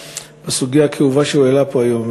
בסוגיה הכאובה שהוא העלה פה היום,